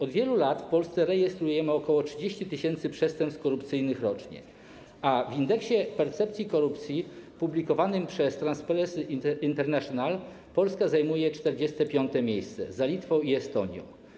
Od wielu lat w Polsce rejestrujemy ok. 30 tys. przestępstw korupcyjnych rocznie, a w Indeksie Percepcji Korupcji publikowanym przez Transparency International Polska zajmuje 45. miejsce, za Litwą i Estonią.